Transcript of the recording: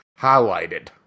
highlighted